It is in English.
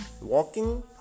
walking